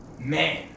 Man